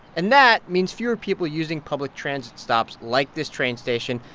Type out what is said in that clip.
and that means fewer people using public transit stops like this train station.